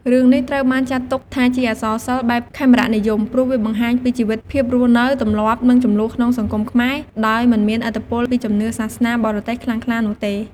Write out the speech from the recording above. រឿងនេះត្រូវបានចាត់ទុកថាជាអក្សរសិល្ប៍បែប ខេមរនិយម ព្រោះវាបង្ហាញពីជីវិតភាពរស់នៅ ទម្លាប់ និងជម្លោះក្នុងសង្គមខ្មែរ ដោយមិនមានឥទ្ធិពលពីជំនឿសាសនាបរទេសខ្លាំងក្លានោះទេ។